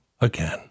again